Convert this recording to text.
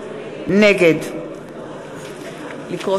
נגד טוב, אנחנו יכולים לעבור